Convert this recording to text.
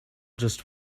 just